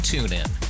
TuneIn